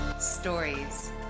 stories